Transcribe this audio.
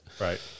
Right